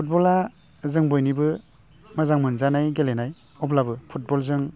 फुटबला जों बयनिबो मोजां मोनजानाय गेलेनाय अब्लाबो फुटबलजों